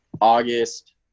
August